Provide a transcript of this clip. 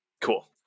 Cool